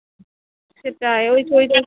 সেটাই ওই